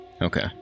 Okay